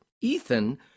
Ethan